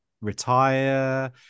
retire